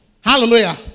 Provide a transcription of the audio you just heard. Hallelujah